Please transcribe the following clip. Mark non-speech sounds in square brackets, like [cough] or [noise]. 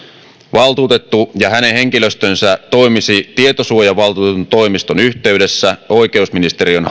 valtuutettu ja hänen henkilöstönsä toimisivat tietosuojavaltuutetun toimiston yhteydessä oikeusministeriön [unintelligible]